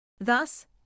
Thus